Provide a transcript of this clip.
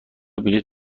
بلیط